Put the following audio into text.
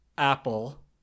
Apple